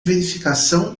verificação